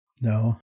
No